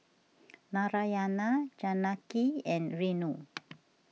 Narayana Janaki and Renu